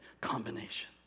combination